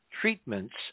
treatments